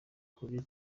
kuri